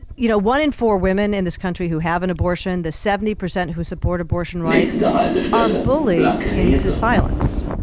you know one in four women in this country who have an abortion, the seventy percent who support abortion rights are bullied into silence.